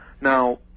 Now